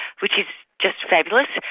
which is just fabulous.